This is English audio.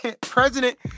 President